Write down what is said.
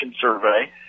survey